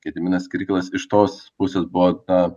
gediminas kirkilas iš tos pusės buvo na